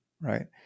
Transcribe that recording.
right